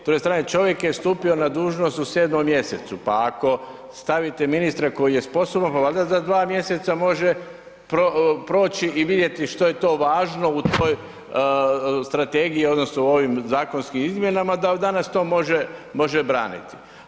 S druge strane, čovjek je stupio na dužnost u 7. mj., pa ako stavite ministra koji je sposoban, pa valjda za 2 mj. može proći i vidjeti što je to važno u toj strategiji odnosno u ovim zakonskim izmjenama da danas to može braniti.